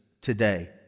today